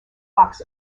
fox